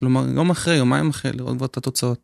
כלומר, יום אחרי, יומיים אחרי, לראות כבר את התוצאות.